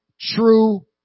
true